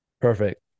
Perfect